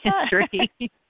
history